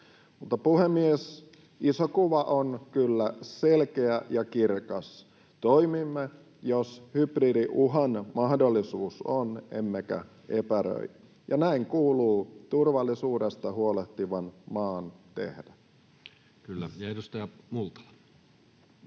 Mutta, puhemies, iso kuva on kyllä selkeä ja kirkas: toimimme, jos hybridiuhan mahdollisuus on, emmekä epäröi, ja näin kuuluu turvallisuudesta huolehtivan maan tehdä. [Speech 57]